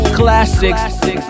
classics